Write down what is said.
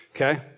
Okay